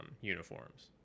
uniforms